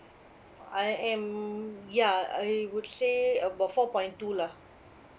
I am ya I would say about four point two lah